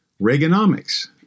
Reaganomics